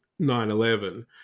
9-11